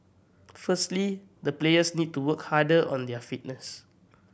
firstly the players need to work harder on their fitness